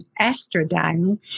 estradiol